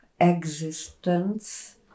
existence